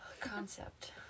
Concept